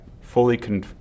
fully